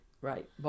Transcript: Right